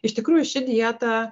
iš tikrųjų ši dieta